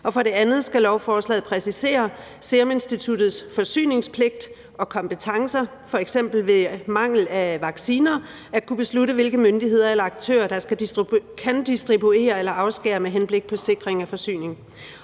for det andet skal lovforslaget præcisere Seruminstituttets forsyningspligt og kompetencer, f.eks. ved mangel af vacciner at kunne beslutte, hvilke myndigheder eller aktører der kan distribuere eller afskære, med henblik på en sikring af forsyning.